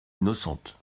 innocente